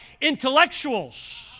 intellectuals